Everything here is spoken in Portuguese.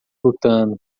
lutando